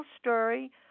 story